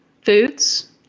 foods